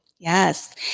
Yes